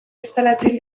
instalatzen